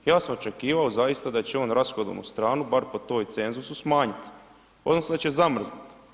Ja sam očekivao zaista da će on rashodovnu stranu bar po tom cenzusu smanjiti odnosno da će zamrznuti.